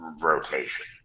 rotation